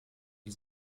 die